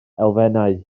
elfennau